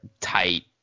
tight